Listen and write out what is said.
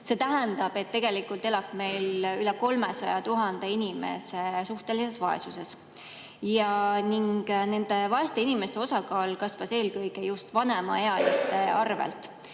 See tähendab, et tegelikult elab meil üle 300 000 inimese suhtelises vaesuses. Ning vaeste inimeste osakaal kasvas eelkõige just vanemaealiste